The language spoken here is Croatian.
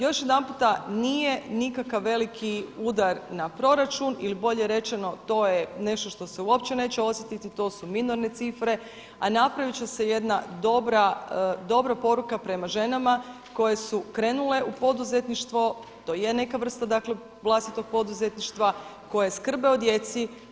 Još jedanputa nije nikakav veliki udar na proračun ili bolje rečeno to je nešto što se uopće neće osjetiti, to su minorne cifre a napravit će se jedna dobra poruka prema ženama koje su krenule u poduzetništvo, to je neka vrsta dakle vlastitog poduzetništva koje skrbe o djeci.